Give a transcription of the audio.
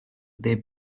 they